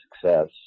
success